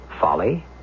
folly